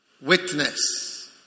witness